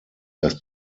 dass